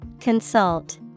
Consult